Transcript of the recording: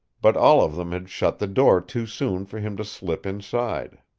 but all of them had shut the door too soon for him to slip inside.